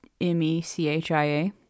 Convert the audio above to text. M-E-C-H-I-A